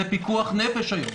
זה פיקוח נפש היום.